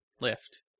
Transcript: lift